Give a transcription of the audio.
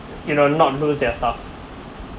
you know not lose their stuff